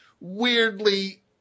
weirdly